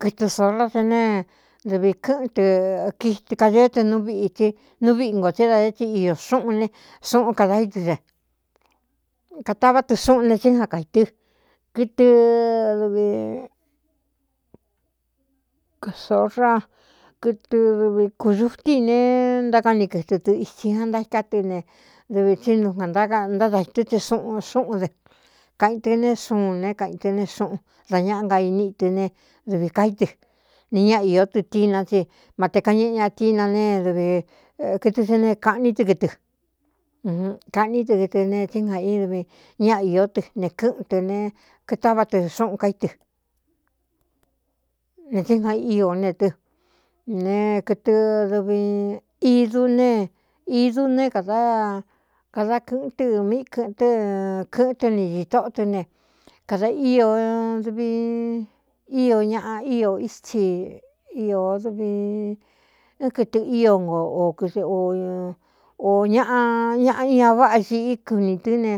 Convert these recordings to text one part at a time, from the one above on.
Kɨtɨ sora te ne dɨvi kɨꞌɨn tɨ kiɨkadeé tɨ nú viꞌī tsɨ nú viꞌi ngō tsé é da dé ti iō xúꞌun ne xuꞌun kadā ídɨ e katavá tɨ xúꞌun ne tsí ja kaītɨ́ kɨtɨ dvikórakɨtɨ dɨvi kūdutí i ne ntákani kɨtɨ tɨ itsi a ntaíká tɨ ne dɨvi tsi nu jān ntádaitɨ́ te xxúꞌun dɨ kaꞌīn tɨ né xuun ne kaꞌīn tɨ ne xuꞌun da ñaꞌa ngainíꞌi tɨ ne dɨvī kaítɨ ne ña īó tɨ tina tsi mate kañeꞌe ñatina ne kɨtɨ ti ne kaꞌní tɨ kɨtɨ kaꞌní tɨ kɨɨ ne tsí ga i dvi ña īó tɨ ne kɨ́ꞌɨn tɨ ne kitává tɨ xúꞌun kaí tɨ ne tsí jga ío ne tɨ ne kɨtɨ dɨvi idu ne idu ne kkada kɨ̄ꞌɨn tɨ míꞌī kɨ̄ꞌɨntɨ́ kɨ̄ꞌɨn tɨ ni itóꞌo tɨ ne kadā íodvi ío ñaꞌa íō itsi iō dɨvi né kɨtɨ ío no o kɨɨo ñaꞌa ñaꞌa ña váꞌa xiꞌí kɨnī tɨ́ ne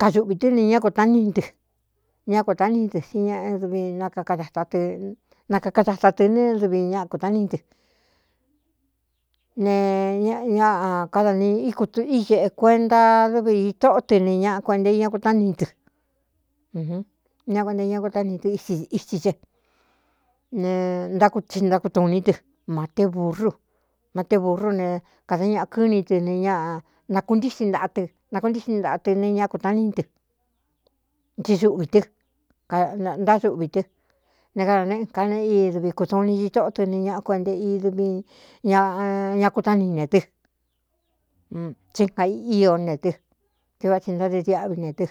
kaduꞌvī tɨ́ ne ñá kutaní tɨ ñá kutá ní tɨ ts ñꞌ dvi aɨna kakadatā tɨ ne dɨvi ña kūtá ní tɨ ne ññ kada ni íku iēꞌe kuenta dɨvi ī tóꞌó tɨ ne ñaa kuenta iñ kutáni tɨ ñá kue nta iñá kutáni ɨ itsí ce ne ntáktintákutūiní tɨ materu mate burrú ne kāda ñaꞌa kɨ́ni tɨ nxnaɨnakuntíꞌxin ntaꞌa tɨ ne ña kūtaní tɨ tsi suꞌvī tɨ ntáduꞌvī tɨ ne kádā néꞌēká ne i dɨvi kūtu ni ñitóꞌo tɨ ne ñaꞌa kuenta idvi ñ ña kutáni ne tɨ tsí jgaíó ne tɨ tsí va tsi ntáde diáꞌví ne tɨ.